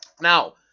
Now